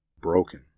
broken